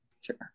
sure